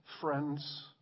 friends